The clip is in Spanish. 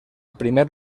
primer